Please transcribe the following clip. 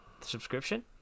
Subscription